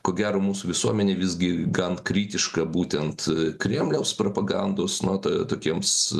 ko gero mūsų visuomenė visgi gan kritiška būtent kremliaus propagandos na t tokiems